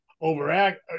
overact